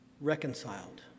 reconciled